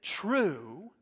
true